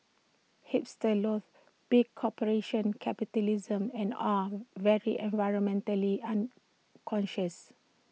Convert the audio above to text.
hipsters loath big corporations capitalism and are very environmentally unconscious